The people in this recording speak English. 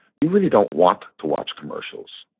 you really don't want to watch commercials.